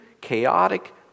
chaotic